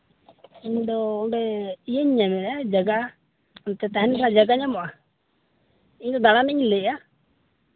ᱤᱧ ᱫᱚ ᱚᱸᱰᱮ ᱤᱭᱟᱹᱧ ᱢᱮᱱᱮᱜᱼᱟ ᱡᱟᱭᱜᱟ ᱚᱱᱛᱮ ᱛᱟᱦᱮᱱ ᱨᱮᱭᱟᱜ ᱡᱟᱭᱜᱟ ᱧᱟᱢᱚᱜᱼᱟ ᱤᱧ ᱫᱟᱬᱟᱱᱤᱧ ᱞᱟᱹᱭᱮᱜᱼᱟ